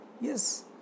Yes